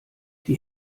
die